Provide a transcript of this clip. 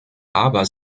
aber